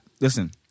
Listen